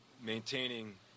maintaining